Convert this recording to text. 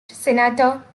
senator